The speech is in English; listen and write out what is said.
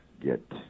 get